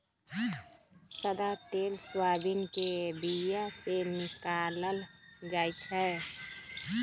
सदा तेल सोयाबीन के बीया से निकालल जाइ छै